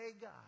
God